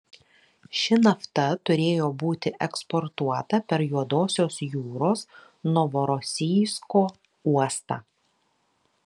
ši nafta turėjo būti eksportuota per juodosios jūros novorosijsko uostą